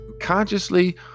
consciously